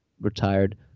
retired